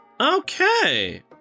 Okay